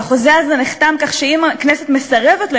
והחוזה הזה נחתם כך שאם הכנסת מסרבת לו,